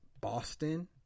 Boston